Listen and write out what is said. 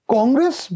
Congress